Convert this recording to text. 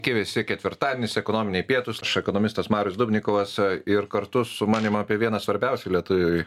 ki visi ketvirtadienis ekonominiai pietūs aš ekonomistas marius dubnikovas ir kartu su manim apie vieną svarbiausių lietuviui